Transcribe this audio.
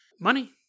money